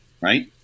Right